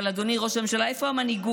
אבל, אדוני ראש הממשלה, איפה המנהיגות?